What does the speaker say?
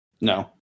no